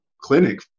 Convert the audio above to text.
clinic